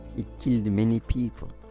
it killed many people.